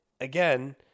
Again